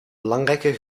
belangrijke